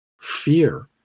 fear